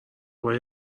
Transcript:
های